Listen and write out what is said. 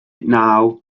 naw